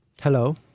Hello